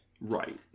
Right